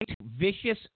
vicious